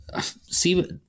see